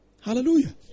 Hallelujah